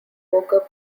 poker